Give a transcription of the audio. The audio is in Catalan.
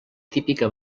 típica